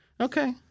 Okay